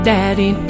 daddy